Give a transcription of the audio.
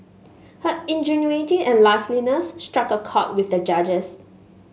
her ingenuity and liveliness struck a chord with the judges